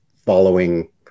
following